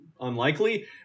unlikely